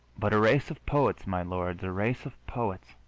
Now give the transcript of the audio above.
but a race of poets, my lords, a race of poets!